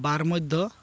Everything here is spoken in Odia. ବାର୍ ମଧ୍ୟ